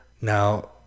Now